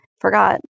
forgot